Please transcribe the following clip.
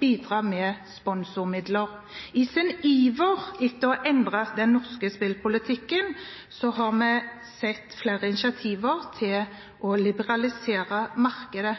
bidra med sponsormidler. I sin iver etter å endre den norske spillpolitikken har vi sett flere initiativer til å liberalisere markedet.